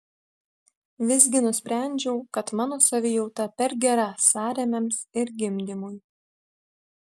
visgi nusprendžiau kad mano savijauta per gera sąrėmiams ir gimdymui